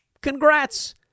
Congrats